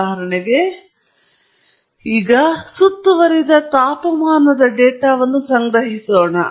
ಉದಾಹರಣೆಗೆ ಸುತ್ತುವರಿದ ತಾಪಮಾನದ ಡೇಟಾವನ್ನು ಸಂಗ್ರಹಿಸೋಣ